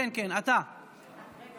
תודה רבה.